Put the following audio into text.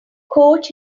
coach